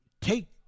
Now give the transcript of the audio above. take